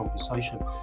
conversation